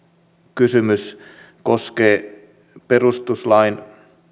kysymys koskee perustuslain